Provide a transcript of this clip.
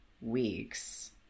weeks